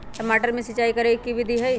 टमाटर में सिचाई करे के की विधि हई?